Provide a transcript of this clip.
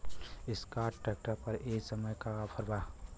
Escort tractor पर ए समय का ऑफ़र बा?